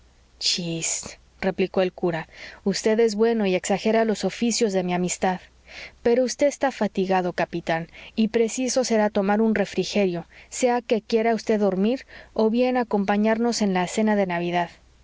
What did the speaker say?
chist replicó el cura vd es bueno y exagera los oficios de mi amistad pero vd está fatigado capitán y preciso será tomar un refrigerio sea que quiera vd dormir o bien acompañarnos en la cena de navidad